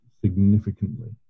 significantly